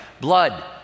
blood